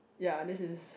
ya this is